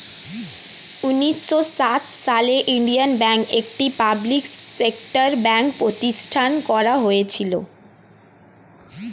উন্নিশো সাত সালে ইন্ডিয়ান ব্যাঙ্ক, একটি পাবলিক সেক্টর ব্যাঙ্ক প্রতিষ্ঠান করা হয়েছিল